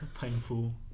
painful